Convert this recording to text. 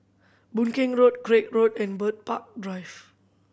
Boon Keng Road Craig Road and Bird Park Drive